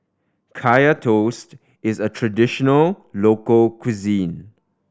Kaya Toast is a traditional local cuisine